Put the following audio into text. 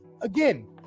again